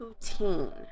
poutine